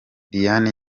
diane